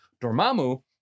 Dormammu